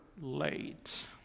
late